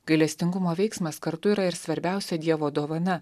gailestingumo veiksmas kartu yra ir svarbiausia dievo dovana